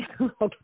Okay